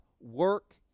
work